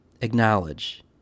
Acknowledge